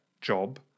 job